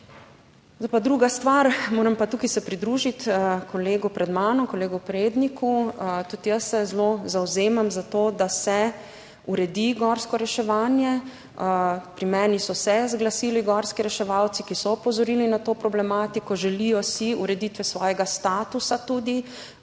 druga stvar. Moram pa tukaj se pridružiti kolegu pred mano, kolegu Predniku, tudi jaz se zelo zavzemam za to, da se uredi gorsko reševanje. Pri meni so se zglasili gorski reševalci, ki so opozorili na to problematiko, želijo si ureditve svojega statusa, tudi.